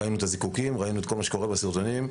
ראינו את הזיקוקים ומה שקורה בסרטונים.